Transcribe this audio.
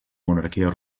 monarquia